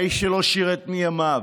האיש שלא שירת מימיו,